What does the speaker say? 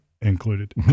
included